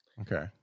Okay